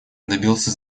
добился